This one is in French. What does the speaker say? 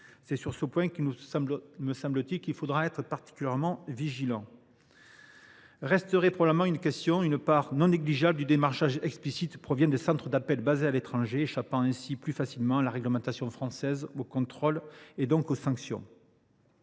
C’est sur ce point qu’il nous faudra être particulièrement vigilants. Resterait probablement une question : une part non négligeable du démarchage illicite provient de centres d’appels situés à l’étranger. Ils échappent ainsi plus facilement à la réglementation française, aux contrôles et donc aux sanctions.